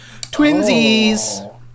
twinsies